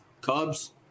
Cubs